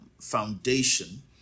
foundation